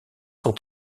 sont